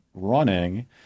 Running